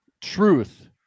Truth